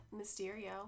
Mysterio